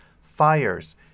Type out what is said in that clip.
fires